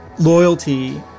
loyalty